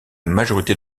majorité